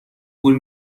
پول